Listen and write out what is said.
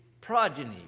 progeny